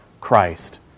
christ